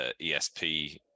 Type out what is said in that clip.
ESP